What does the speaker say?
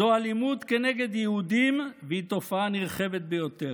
זו אלימות נגד יהודים, והיא תופעה נרחבת ביותר.